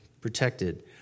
protected